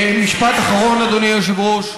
משפט אחרון, אדוני היושב-ראש.